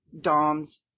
Dom's